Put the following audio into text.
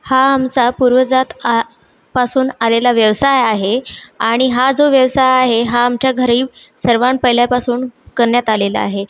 हा आमचा पूर्वजातआपासून आलेला व्यवसाय आहे आणि हा जो व्यवसाय आहे हा आमच्या घरी सर्वांत पहिल्यापासून करण्यात आलेला आहे